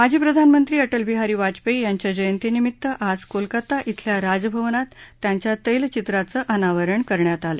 माजी प्रधानमंत्री अटल बिहारी वाजपेयी यांच्या जयंतीनिमित्त आज कोलकाता श्वेल्या राज भवनात त्यांच्या तैलचित्राचे अनावरण करण्यात आलं